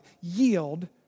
yield